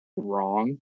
wrong